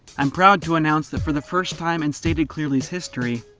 i'm proud to announce that for the first time in stated clearly's history,